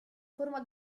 forma